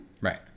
right